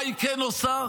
מה היא כן עושה,